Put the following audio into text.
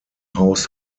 haus